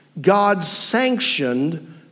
God-sanctioned